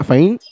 Fine